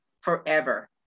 forever